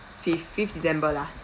fifth fifth december lah